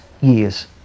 years